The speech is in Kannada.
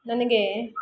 ನನಗೆ